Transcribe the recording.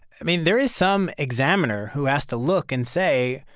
i mean, there is some examiner who has to look and say,